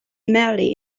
merely